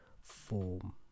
form